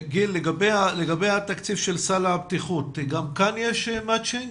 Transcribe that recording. לגבי תקציב של סל הבטיחות, גם כאן יש מצ'ינג?